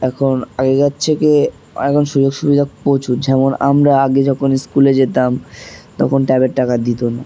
এখন আগেকার থেকে এখন সুযোগ সুবিধা প্রচুর যেমন আমরা আগে যখন স্কুলে যেতাম তখন ট্যাবের টাকা দিত না